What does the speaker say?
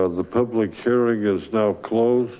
ah the public hearing is now closed.